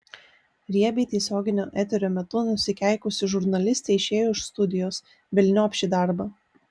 riebiai tiesioginio eterio metu nusikeikusi žurnalistė išėjo iš studijos velniop šį darbą